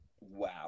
wow